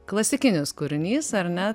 klasikinis kūrinys ar ne